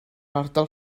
ardal